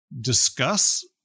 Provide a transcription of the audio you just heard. discuss